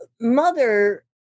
Mother